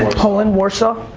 and poland, warsaw.